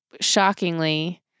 shockingly